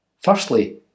Firstly